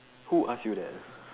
who ask you that